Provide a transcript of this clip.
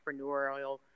entrepreneurial